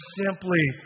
simply